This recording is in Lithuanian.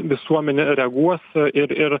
visuomenė reaguos ir ir